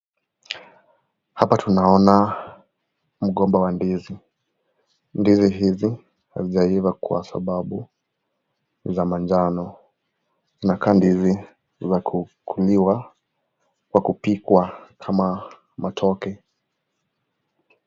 Hapa tunaona mgomba wa ndizi, ndizi hizi hazijaiva kwa sababu ni za manjano. Inakaa ndizi za kukuliwa kwa kupikwa kama matoke.